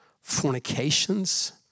fornications